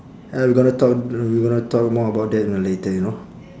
ya we gonna talk we gonna talk more about that in the later you know